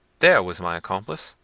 there was my accomplice!